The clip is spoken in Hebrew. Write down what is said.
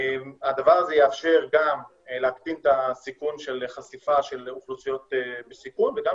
הדבר יאפשר גם להקטין את הסיכון של חשיפה של אוכלוסיות בסיכון וגם